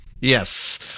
Yes